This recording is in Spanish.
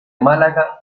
málaga